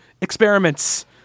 experiments